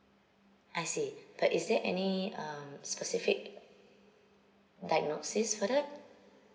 I see but is there any um specific diagnosis for that